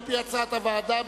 על-פי הצעת הוועדה,